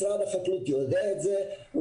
משרד החקלאות יודע את זה,